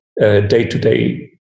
day-to-day